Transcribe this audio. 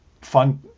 fun